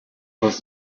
was